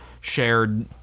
shared